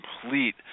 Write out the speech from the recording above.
complete